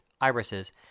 irises